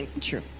True